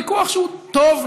ויכוח שהוא טוב,